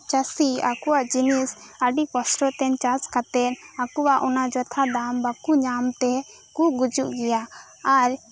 ᱪᱟᱹᱥᱤ ᱟᱠᱚᱣᱟᱜ ᱡᱤᱱᱤᱥ ᱟᱹᱰᱤ ᱠᱚᱥᱴᱚ ᱛᱮ ᱪᱟᱥ ᱠᱟᱛᱮᱫ ᱟᱠᱚᱣᱟᱜ ᱚᱱᱟ ᱡᱚᱛᱷᱟᱛ ᱫᱟᱢ ᱵᱟᱠᱚ ᱧᱟᱢ ᱛᱮ ᱠᱚ ᱜᱩᱡᱩᱜ ᱜᱮᱭᱟ ᱟᱨ